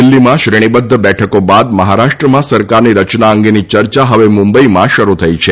દિલ્હીમાં શ્રેણીબદ્ધ બેઠકો બાદ મહારાષ્ટ્રમાં સરકારની રચના અંગેની ચર્ચા હવે મુંબઈમાં શરૂ થઈ છે